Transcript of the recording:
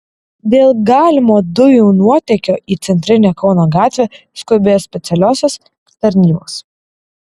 dėl galimo dujų nuotėkio į centrinę kauno gatvę skubėjo specialiosios tarnybos